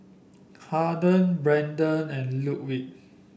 Haden Brenden and Ludwig